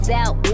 out